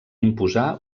imposar